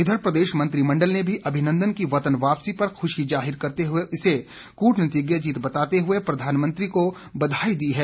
इधर प्रदेश मंत्रिमंडल ने भी अभिनंदन की वतन वापसी पर खुशी जाहिर करते हुए इसे कूटनीतिज्ञ जीत बताते हुए प्रधानमंत्री को बधाई दी है